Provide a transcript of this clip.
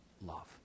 love